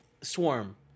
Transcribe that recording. Swarm